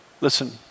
Listen